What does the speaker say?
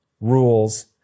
rules